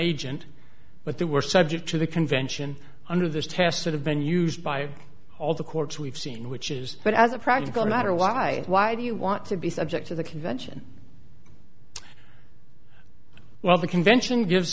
agent but they were subject to the convention under those tests that have been used by all the courts we've seen which is that as a practical matter why why do you want to be subject to the convention well the convention gives